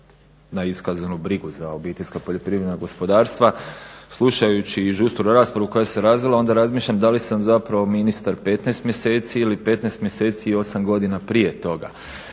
na iskazanu brigu za OPG-a. Slušajući žustru raspravu koja se razvila onda razmišljam da li sam ministar 15 mjeseci ili 15 mjeseci i 8 godina prije toga